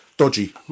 Dodgy